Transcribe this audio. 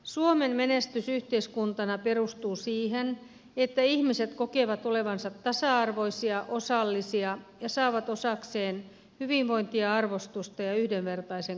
suomen menestys yhteiskuntana perustuu siihen että ihmiset kokevat olevansa tasa arvoisia osallisia ja saavat osakseen hyvinvointia arvostusta ja yhdenvertaisen kohtelun